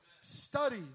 Study